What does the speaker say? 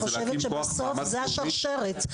אני חושבת שבסוף זו השרשרת.